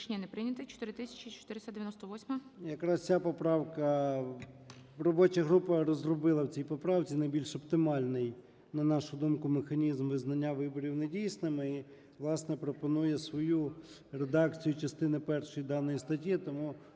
Якраз ця поправка, робоча група розробила в цій поправці найбільш оптимальний, на нашу думку, механізм визнання виборів недійсними і, власне, пропонує свою редакцію частини першої даної статті.